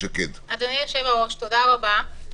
אדוני היושב ראש, תודה רבה.